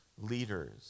leaders